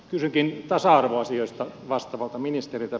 kysynkin tasa arvoasioista vastaavalta ministeriltä